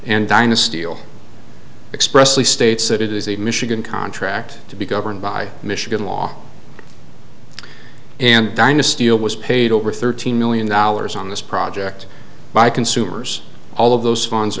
and dynasty deal expressly states that it is a michigan contract to be governed by michigan law and dynasty a was paid over thirteen million dollars on this project by consumers all of those funds